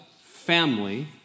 family